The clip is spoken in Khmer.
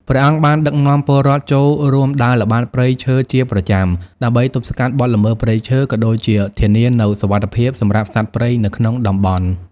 ព្រះអង្គបានដឹកនាំពលរដ្ឋចូលរួមដើរល្បាតព្រៃឈើជាប្រចាំ ដើម្បីទប់ស្កាត់បទល្មើសព្រៃឈើ ក៏ដូចជាធានានូវសុវត្ថិភាពសម្រាប់សត្វព្រៃនៅក្នុងតំបន់។